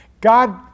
God